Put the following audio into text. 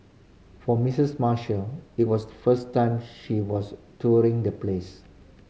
for Missus Marshall it was first time she was touring the place